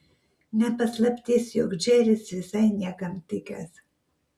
ne paslaptis jog džeris visai niekam tikęs